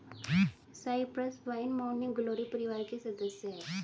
Cyprus vine morning glory परिवार की सदस्य हैं